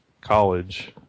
college